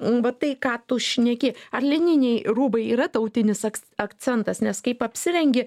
va tai ką tu šneki ar lininiai rūbai yra tautinis ak akcentas nes kaip apsirengi